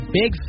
big